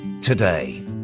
today